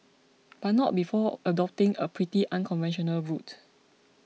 but not before adopting a pretty unconventional route